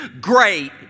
Great